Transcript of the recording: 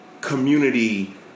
community